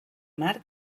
mar